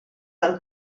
dal